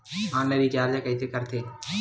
Online recharge कइसे करथे?